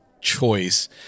choice